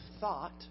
thought